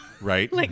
Right